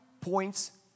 points